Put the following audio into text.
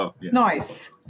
nice